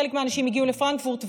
חלק מהאנשים הגיעו לפרנקפורט,